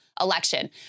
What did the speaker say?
election